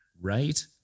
Right